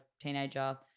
teenager